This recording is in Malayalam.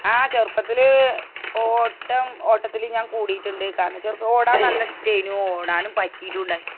ആ ചെറുപ്പത്തില് ഓട്ടം ഓട്ടത്തില് ഞാൻ കൂടിയിട്ടുണ്ട് കാരണമെന്നുവെച്ചാല് ഓടാൻ നല്ല ഇഷ്ടേനും ഓടാനും പറ്റിയിട്ടുണ്ടായിരുന്നു